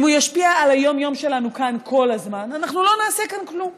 אם הם ישפיעו על היום-יום שלנו כאן כל הזמן אנחנו לא נעשה כאן כלום.